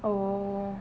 oh